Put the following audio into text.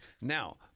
Now